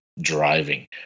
driving